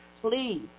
Please